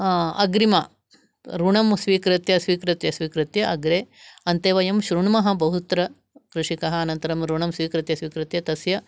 अग्रिम ॠणं स्वीकृत्य स्वीकृत्य स्वीकृत्य अग्रे अन्ते वयं शृण्मः बहुत्र कृषिकः अनन्तरं ऋणं स्वीकृत्य स्वीकृत्य तस्य